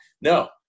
no